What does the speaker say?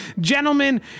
Gentlemen